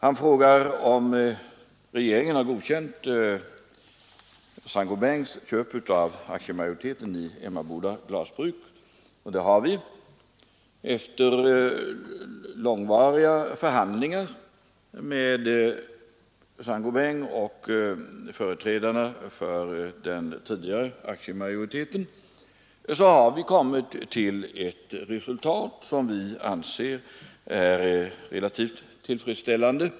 Han frågar om regeringen har godkänt Saint-Gobains köp av aktiemajoriteten i Emmaboda glasverk — och det har vi. Efter långvariga förhandlingar med Saint-Gobain och företrädarna för den tidigare aktiemajoriteten har vi kommit till ett resultat som vi anser vara relativt tillfredsställande.